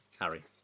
Harry